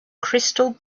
crystal